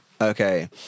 Okay